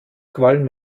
qualm